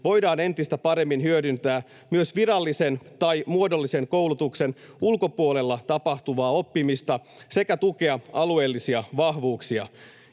voidaan entistä paremmin hyödyntää myös virallisen tai muodollisen koulutuksen ulkopuolella tapahtuvaa oppimista sekä tukea alueellisia vahvuuksia.